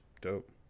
dope